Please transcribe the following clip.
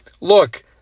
Look